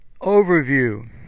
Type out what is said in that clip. Overview